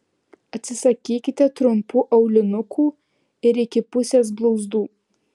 atsisakykite trumpų aulinukų ir iki pusės blauzdų